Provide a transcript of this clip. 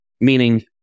Meaning